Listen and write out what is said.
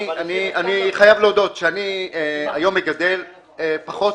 אני חייב להודות שאני היום מגדל פחות